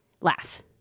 laugh